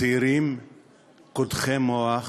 צעירים קודחי מוח